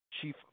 Chief